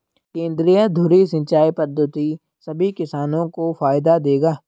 केंद्रीय धुरी सिंचाई पद्धति सभी किसानों को फायदा देगा